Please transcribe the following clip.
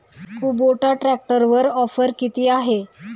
Kubota ट्रॅक्टरवर offer किती आहे?